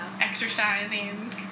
exercising